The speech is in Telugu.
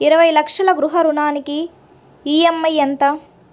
ఇరవై లక్షల గృహ రుణానికి ఈ.ఎం.ఐ ఎంత?